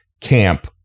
camp